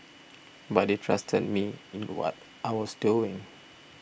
but they trusted me in what I was doing